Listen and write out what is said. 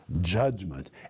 Judgment